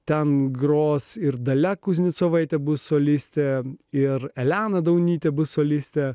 ten gros ir dalia kuznecovaitė bus solistė ir elena daunytė bus solistę